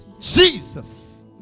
Jesus